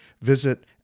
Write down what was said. Visit